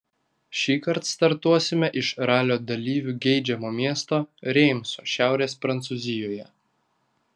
šįkart startuosime iš ralio dalyvių geidžiamo miesto reimso šiaurės prancūzijoje